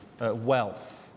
wealth